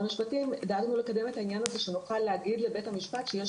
המשפטים את העניין כדי שנוכל להגיד לבית המשפט שיש